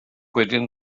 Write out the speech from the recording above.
wedyn